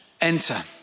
enter